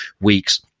weeks